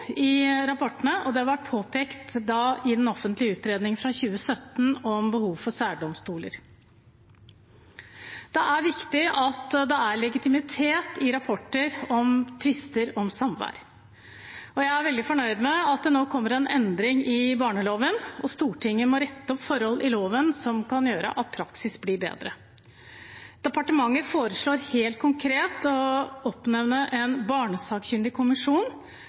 i rapportene, og det ble påpekt i den offentlige utredningen fra 2017 om behov for særdomstoler. Det er viktig at det er legitimitet i rapporter om tvister om samvær. Jeg er veldig fornøyd med at det nå kommer en endring i barneloven, og Stortinget må rette opp forhold i loven som kan gjøre at praksis blir bedre. Departementet foreslår helt konkret